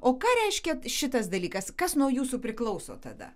o ką reiškia šitas dalykas kas nuo jūsų priklauso tada